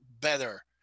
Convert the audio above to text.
better